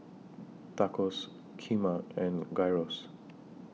Tacos Kheema and Gyros